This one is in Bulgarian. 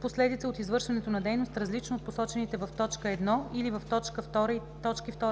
последицa от извършването нa дейност, различнa от посочените в т. 1 или в т. 2